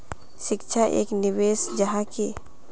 शिक्षा एक निवेश जाहा की?